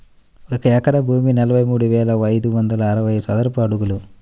ఒక ఎకరం భూమి నలభై మూడు వేల ఐదు వందల అరవై చదరపు అడుగులు